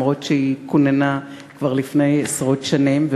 אף-על-פי שהיא כוננה כבר לפני עשרות שנים,